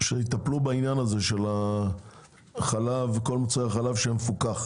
שיטפלו בעניין הזה של החלב וכל מוצרי החלב המפוקחים.